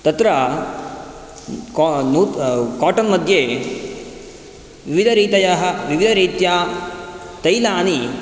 तत्र काटन्मध्ये विविदरीत्या तैलानि